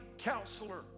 Counselor